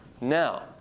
Now